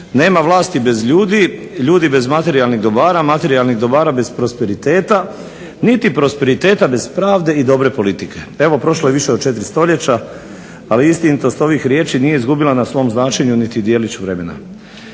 "Nema vlasti bez ljudi, ljudi bez materijalnih dobara, materijalnih dobara bez prosperiteta, niti prosperiteta bez pravde i dobre politike". Evo prošlo je više od 4 stoljeća, ali istinitost ovih riječi nije izgubila na svom značenju niti djelić vremena.